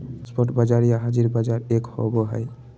spot बाजार या हाज़िर बाजार एक होबो हइ